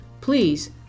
Please